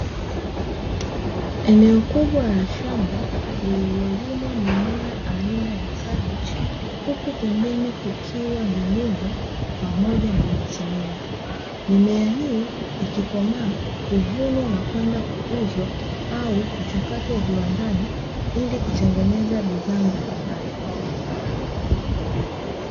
Eneo kubwa la shamba lililolimwa mimea aina ya kabeji, huku pembeni kukiwa na nyumba pamoja na miti mingi, mimea hii ikikomaa huvunwa na kwenda kuuzwa au kuchakatwa viwandani ili kutengeneza bidhaa mbalimbali.